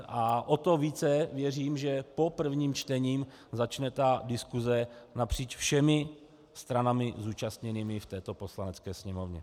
O to více věřím, že po prvním čtení začne diskuse napříč všemi stranami zúčastněnými v této Poslanecké sněmovně.